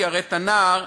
כי הרי את הנער,